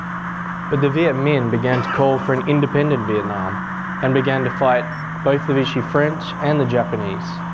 but the viet minh began to call for an independent vietnam and began to fight both the vichy french and the japanese.